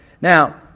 Now